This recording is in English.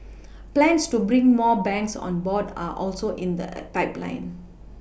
plans to bring more banks on board are also in the pipeline